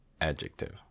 Adjective